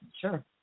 Sure